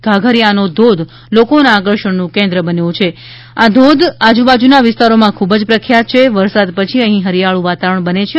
ધાધરિયાનો ધોધ લોકોના આકર્ષણનું કેન્દ્ર બન્યો છેઆજુબાજુના વિસ્તારમાં ખુબજ પ્રખ્યાત છે વરસાદ પછી અહીં હરિયાળું વાતાવરણ બને છે